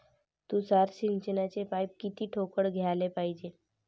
तुषार सिंचनाचे पाइप किती ठोकळ घ्याले पायजे?